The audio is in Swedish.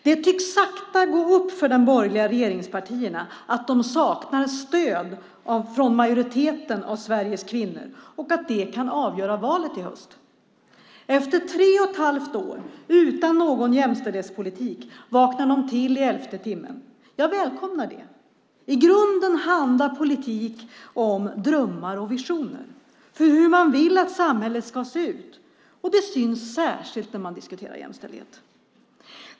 Det tycks sakta gå upp för de borgerliga regeringspartierna att de saknar stöd från majoriteten av Sveriges kvinnor och att det kan avgöra valet i höst. Efter tre och ett halvt år utan någon jämställdhetspolitik vaknar de till i elfte timmen. Jag välkomnar det. I grunden handlar politik om drömmar och visioner om hur man vill att samhället ska se ut, och det syns särskilt när man diskuterar jämställdhet.